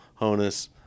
Honus